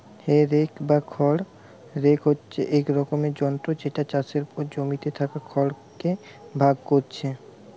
হে rake বা খড় rake হচ্ছে এক রকমের যন্ত্র যেটা চাষের পর জমিতে থাকা খড় কে ভাগ কোরছে